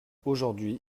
aujourd’hui